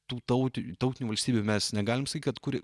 tų tauti tautinių valstybių mes negalime sakyti kad kuri